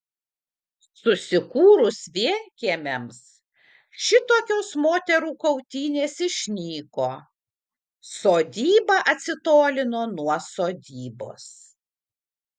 susikūrus vienkiemiams šitokios moterų kautynės išnyko sodyba atsitolino nuo sodybos